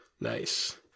nice